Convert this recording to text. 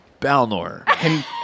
Balnor